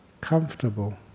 comfortable